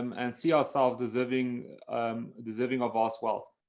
um and see ourselves deserving deserving of vast wealth.